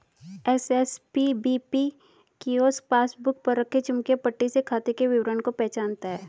SSPBP kiosk passbook पर रखे चुंबकीय पट्टी से खाते के विवरण को पहचानता है